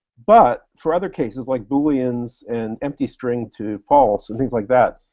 but for other cases, like booleans and empty string to false and things like that,